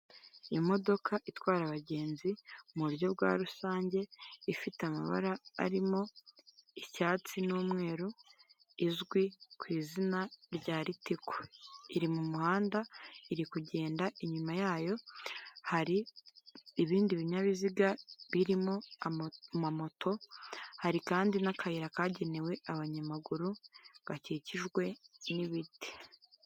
Imodoka itwara abagenzi mu buryo bwa rusange, ifite amabara arimo icyatsi n'umweru izwi ku izina rya ritiko, iri mu muhanda, iri kugenda inyuma yayo hari ibindi binyabiziga birimo amamoto, hari kandi n'akayira kagenewe abanyamaguru bakikijwe n'ibiti.